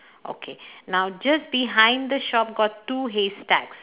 okay now just behind the shop got two hay stacks